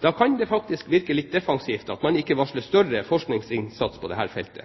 Da kan det faktisk virke litt defensivt at man ikke varsler større forskningsinnsats på dette feltet.